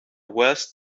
worst